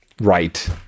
right